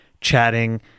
chatting